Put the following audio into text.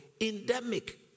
endemic